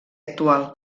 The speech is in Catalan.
actual